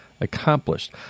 accomplished